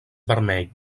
vermell